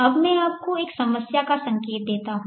अब मैं आपको एक समस्या का संकेत देता हूं